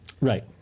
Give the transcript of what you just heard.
Right